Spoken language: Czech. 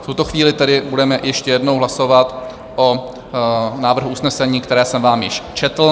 V tuto chvíli tedy budeme ještě jednou hlasovat o návrhu usnesení, které jsem vám již četl.